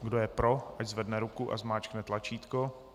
Kdo je pro, ať zvedne ruku a zmáčkne tlačítko.